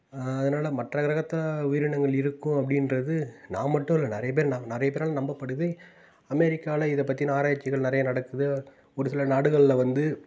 அதனால் மற்ற கிரகத்தில் உயிரினங்கள் இருக்கும் அப்படின்றது நான் மட்டும் இல்லை நிறைய பேர் ந நிறைய பேரால் நம்பப்படுது அமெரிக்காவில் இதை பற்றின ஆராய்ச்சிகள் நிறைய நடக்குது ஒரு சில நாடுகளில் வந்து